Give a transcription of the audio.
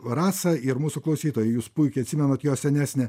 rasa ir mūsų klausytojai jūs puikiai atsimenat jo senesnę